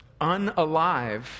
unalive